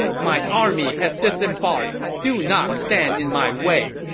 my army has disembarked. do not stand in my way,